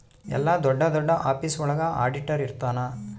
ಎಲ್ಲ ದೊಡ್ಡ ದೊಡ್ಡ ಆಫೀಸ್ ಒಳಗ ಆಡಿಟರ್ ಇರ್ತನ